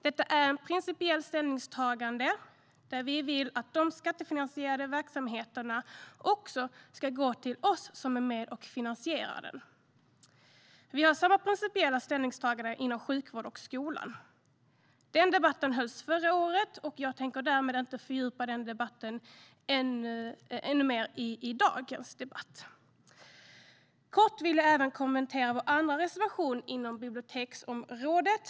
Det är ett principiellt ställningstagande, där vi vill att de skattefinansierade verksamheterna också ska gå till oss som är med och finansierar dem. Vi har samma principiella ställningstagande inom sjukvård och skola. Denna debatt hölls förra året, så jag tänker inte fördjupa mig i detta i dagens debatt. Jag ska kort kommentera vår andra reservation inom biblioteksområdet.